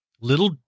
little